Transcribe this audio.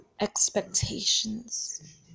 expectations